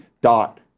dot